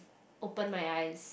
open my eyes